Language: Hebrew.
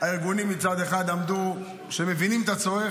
מצד אחד הארגונים אמרו שהם מבינים את הצורך